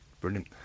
Brilliant